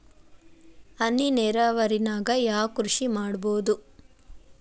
ಹನಿ ನೇರಾವರಿ ನಾಗ್ ಯಾವ್ ಕೃಷಿ ಮಾಡ್ಬೋದು?